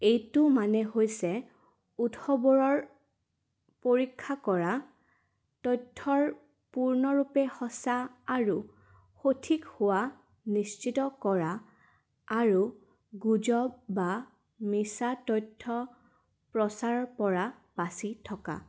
এইটো মানে হৈছে উৎসৱোৰৰ পৰীক্ষা কৰা তথ্যৰ পূৰ্ণৰূপে সঁচা আৰু সঠিক হোৱা নিশ্চিত কৰা আৰু গুজব বা মিছা তথ্য প্ৰচাৰৰপৰা বাচি থকা